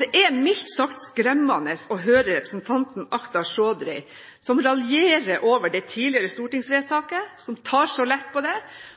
Det er mildt sagt skremmende å høre representanten Akhtar Chaudhry, som raljerer over det tidligere stortingsvedtaket, som tar så lett på det,